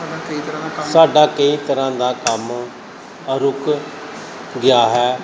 ਸਾਡਾ ਕਈ ਤਰ੍ਹਾਂ ਦਾ ਕੰਮ ਰੁਕ ਗਿਆ ਹੈ